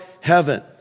heaven